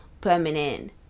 permanent